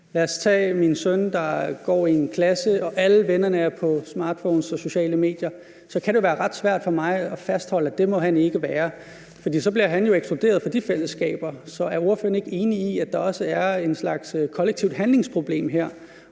Lad os tage min søn, der går i en klasse, hvor alle vennerne er på smartphones og sociale medier, og så kan det jo være ret svært for mig at fastholde, at det må han ikke være, fordi han så bliver ekskluderet fra de fællesskaber. Så er ordføreren ikke enig i, at der her også er en slags kollektivt handlingsproblem,